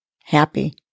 happy